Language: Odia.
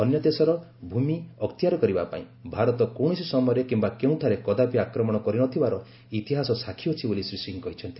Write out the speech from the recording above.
ଅନ୍ୟ ଦେଶର ଭୂମି ଅକ୍ତିଆର କରିବା ପାଇଁ ଭାରତ କୌଣସି ସମୟରେ କିିୟା କେଉଁଠାରେ କଦାପି ଆକ୍ରମଣ କରିନଥିବାର ଇତିହାସ ସାକ୍ଷୀ ଅଛି ବୋଲି ଶ୍ରୀ ସିଂହ କହିଛନ୍ତି